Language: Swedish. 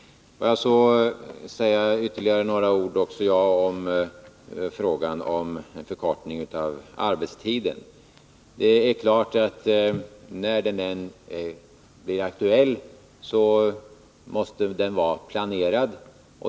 Får också jag säga ytterligare några ord om förkortningen av arbetstiden. När den än blir aktuell är det klart att den måste vara planerad.